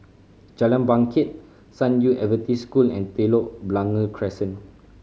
Jalan Bangket San Yu Adventist School and Telok Blangah Crescent